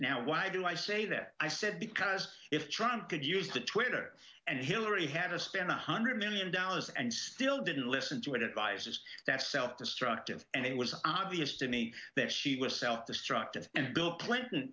now why do i say that i said because if trump could use the twitter and hillary had to spend one hundred million dollars and still didn't listen to it it biases that self destructive and it was obvious to me that she was self destructive and bill clinton